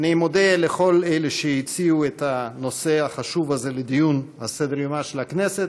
אני מודה לכל אלה שהציעו את הנושא החשוב הזה לדיון בסדר-יומה של הכנסת,